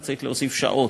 וצריך להוסיף שעות,